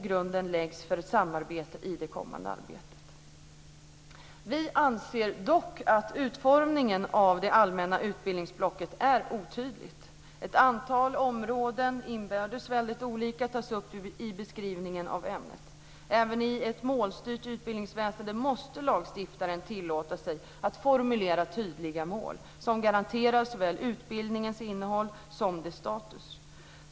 Grunden läggs för ett samarbete i det kommande arbetet. Vi anser dock att utformningen av det allmänna utbildningsblocket är otydlig. Ett antal områden, inbördes olika, tas upp i beskrivningen av ämnet. Även i ett målstyrt utbildningsväsende måste lagstiftaren tillåta sig att formulera tydliga mål som garanterar såväl utbildningens innehåll som dess status.